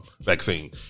vaccine